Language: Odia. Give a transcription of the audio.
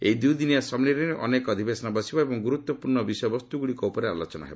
ଏହି ଦୂଇଦିନିଆ ସମ୍ମିଳନୀରେ ଅନେକ ଅଧିବେଶନ ବସିବ ଏବଂ ଗୁରୁତ୍ୱପୂର୍ଣ୍ଣ ବିଷୟବସ୍ତୁଗୁଡ଼ିକ ଉପରେ ଆଲୋଚନା ହେବ